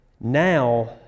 now